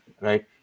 right